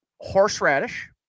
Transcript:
Horseradish